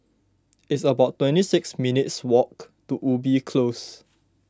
it's about twenty six minutes' walk to Ubi Close